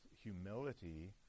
humility